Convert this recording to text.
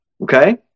Okay